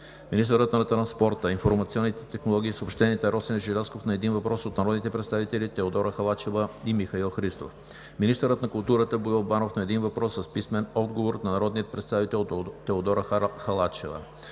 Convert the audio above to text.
министърът на транспорта, информационните технологии и съобщенията Росен Желязков на един въпрос от народните представители Теодора Халачева и Михаил Христов; - министърът на културата Боил Банов на един въпрос с писмен отговор от народния представител Теодора Халачева.